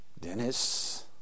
Dennis